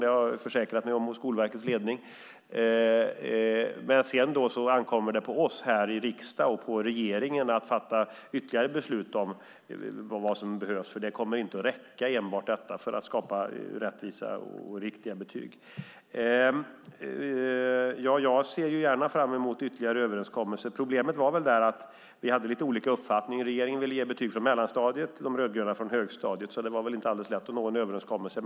Det har jag försäkrat mig om hos Skolverkets ledning. Men sedan ankommer det på oss här i riksdagen och regeringen att fatta ytterligare beslut om vad som behövs. Enbart detta kommer inte att räcka för att skapa rättvisa och riktiga betyg. Jag ser fram emot ytterligare överenskommelser. Problemet var att vi hade lite olika uppfattningar. Regeringen ville ge betyg från mellanstadiet, de rödgröna från högstadiet. Det var väl inte alldeles lätt att nå en överenskommelse.